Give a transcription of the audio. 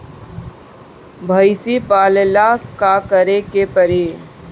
भइसी पालेला का करे के पारी?